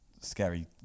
scary